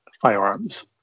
firearms